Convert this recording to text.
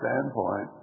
standpoint